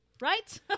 right